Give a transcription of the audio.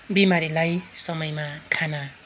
बिमारीलाई समयमा खाना